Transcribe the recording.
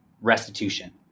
restitution